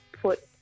put